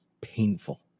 painful